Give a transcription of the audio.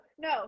no